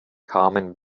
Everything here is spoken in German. kamen